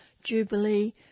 Jubilee